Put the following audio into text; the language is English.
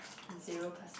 zero percent